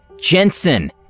Jensen